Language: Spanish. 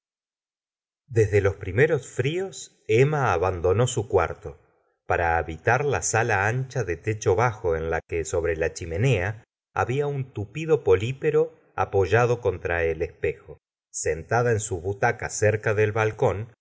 desde los primeros fríos emma abandonó su cuarto para habitar la sala ancha de techo bajo en la que sobre la chimenea habla un tupido polipero apoyado contra el espejo sentada en su butaca cerca del balcón